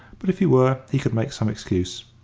but if he were, he could make some excuse.